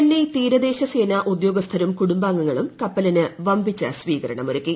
ചെന്നൈ തീരദേശ സേനാ ഉദ്യോഗസ്ഥരും കുടുംബാംഗങ്ങളും കപ്പലിന് വമ്പിച്ച സ്വീകരണമൊരുക്കി